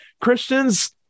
christians